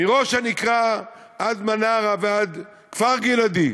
מראש-הנקרה עד מנרה ועד כפר-גלעדי,